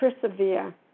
persevere